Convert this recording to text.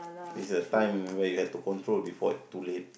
is a time where you have to control before it is too late